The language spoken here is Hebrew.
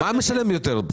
מה משלם יותר?